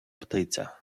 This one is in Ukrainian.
птиця